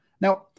Now